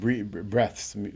breaths